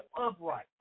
upright